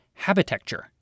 habitecture